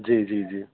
जी जी जी